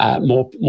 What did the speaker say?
more